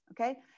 Okay